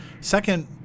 Second